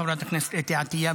חברת הכנסת אתי עטייה,